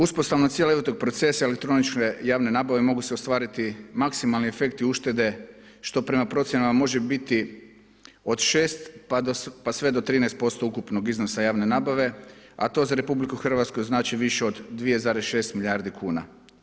Uspostavom cijelog tog procesa elektroničke javne nabave mogu se ostvariti maksimalni efekti uštede što prema procjenama može biti od 6 pa sve do 13% ukupnog iznosa javne nabave, a to za Republiku Hrvatsku znači više od 2,6 milijarde kuna.